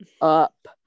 up